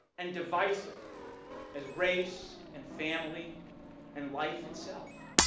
and divisive as race and family and life itself,